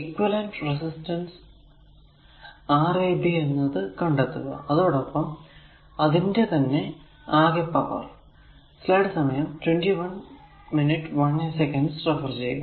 ഇവിടെ equivalent resistance Rab എത്രയെന്നു കണ്ടെത്തുക അതോടൊപ്പം അതിന്റെ തന്നെ ആകെ പവർ